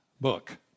book